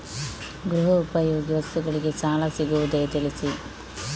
ಗೃಹ ಉಪಯೋಗಿ ವಸ್ತುಗಳಿಗೆ ಸಾಲ ಸಿಗುವುದೇ ತಿಳಿಸಿ?